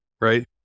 right